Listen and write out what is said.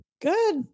Good